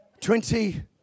Twenty